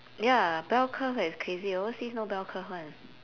ya bell curve that's crazy overseas no bell curve [one]